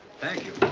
thank you.